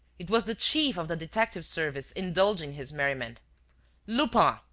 it was the chief of the detective-service indulging his merriment lupin!